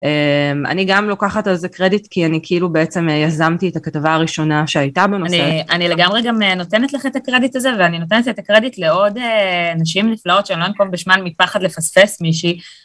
אני גם לוקחת על זה קרדיט, כי אני כאילו בעצם יזמתי את הכתבה הראשונה שהייתה בנושא. אני לגמרי גם נותנת לך את הקרדיט הזה, ואני נותנת את הקרדיט לעוד נשים נפלאות שלא ננקוב בשמן מפחד לפספס מישהי.